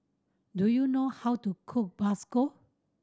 do you know how to cook